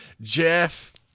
Jeff